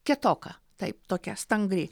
kietoka taip tokia stangri